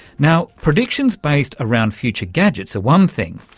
now predictions based around future gadgets are one thing.